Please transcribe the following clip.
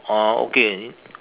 oh okay any